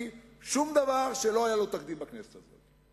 שום דבר שלא היה לו תקדים בכנסת הזאת.